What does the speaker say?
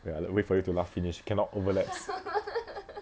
okay ah wait for you to laugh finish cannot overlaps